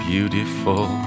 Beautiful